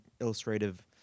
illustrative